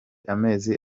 amezi